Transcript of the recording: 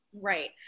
Right